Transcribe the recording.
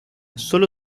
sólo